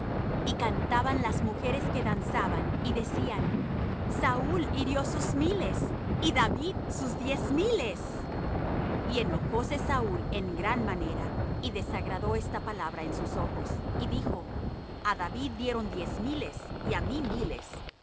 y cantaban las mujeres que danzaba y decían saúl hirió sus miles y david sus diez miles y enojóse saúl en gran manera y desagradó esta palabra en sus ojos y dijo a david dieron diez miles y á mí miles